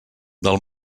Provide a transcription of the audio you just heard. del